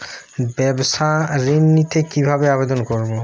ব্যাবসা ঋণ নিতে কিভাবে আবেদন করব?